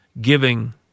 giving